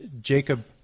Jacob